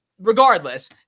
Regardless